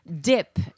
Dip